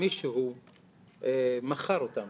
מישהו מכר אותם